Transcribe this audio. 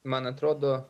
man atrodo